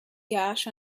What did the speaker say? gash